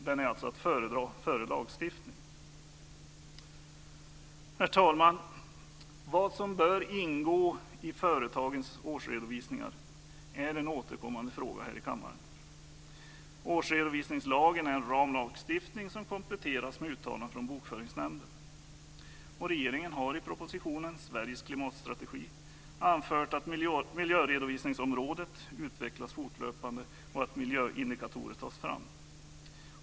Den är alltså att föredra framför lagstiftning. Herr talman! Vad som bör ingå i företagens årsredovisningar är en återkommande fråga här i kammaren. Årsredovisningslagen är en ramlagstiftning som kompletteras med uttalanden från Bokföringsnämnden. Och regeringen har i propositionen Sveriges klimatstrategi anfört att miljöredovisningsområdet utvecklas fortlöpande och att miljöindikatorer tas fram.